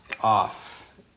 off